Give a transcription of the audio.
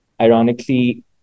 Ironically